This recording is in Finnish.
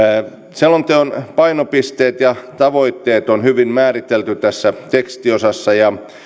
selonteon painopisteet ja tavoitteet on hyvin määritelty tässä tekstiosassa ja